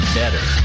better